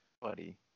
buddy